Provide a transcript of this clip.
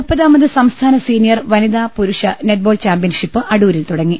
മുപ്പതാമത് സംസ്ഥാന സീനിയർ വനിതാ പുരുഷ നെറ്റ്ബോൾ ചാമ്പ്യൻഷിപ്പ് അടൂരിൽ തുടങ്ങി